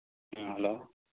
ꯎꯝ hello